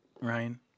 Ryan